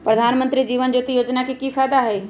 प्रधानमंत्री जीवन ज्योति योजना के की फायदा हई?